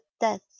death